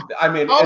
i mean,